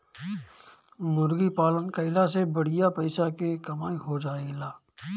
मुर्गी पालन कईला से बढ़िया पइसा के कमाई हो जाएला